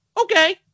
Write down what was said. Okay